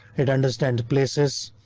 it understands places,